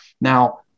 Now